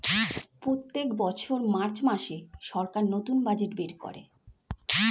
প্রত্যেক বছর মার্চ মাসে সরকার নতুন বাজেট বের করে